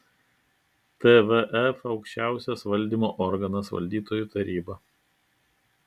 tvf aukščiausias valdymo organas valdytojų taryba